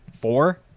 Four